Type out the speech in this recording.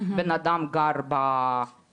בן אדם גר במקלט,